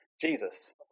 Jesus